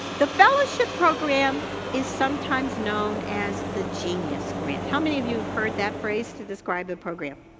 the fellowship program is sometimes known as the genius grant. how many of you have heard that phrase to describe the program?